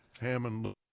Hammond